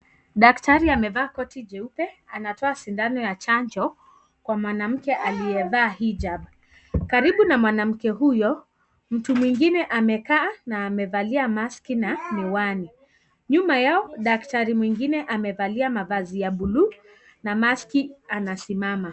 Daktari amevaa koti jeupe, anatoa sindano ya chanjo kwa mwanamke aliyevaa hijab , karibu na mwanamke huyo, mtu mwingine amekaa na amevalia maski na miwani, nyuma yao daktari mwingine amevalia mavazi ya buluu na maski anasimama.